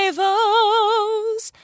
vows